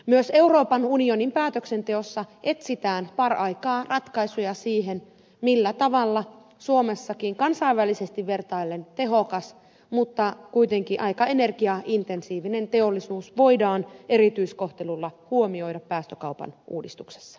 myös euroopan unionin päätöksenteossa etsitään paraikaa ratkaisuja siihen millä tavalla suomessakin kansainvälisesti vertaillen tehokas mutta kuitenkin aika energiaintensiivinen teollisuus voidaan erityiskohtelulla huomioida päästökaupan uudistuksessa